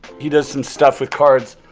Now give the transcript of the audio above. he does some stuff with cards.